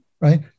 right